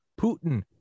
Putin